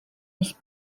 mis